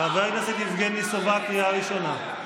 חבר הכנסת יבגני סובה, קריאה ראשונה.